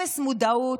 אפס מודעות,